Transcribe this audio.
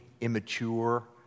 immature